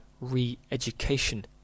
re-education